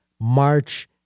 March